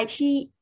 IP